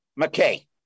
McKay